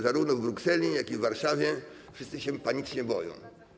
Zarówno w Brukseli, jak i w Warszawie wszyscy panicznie się boją.